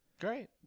great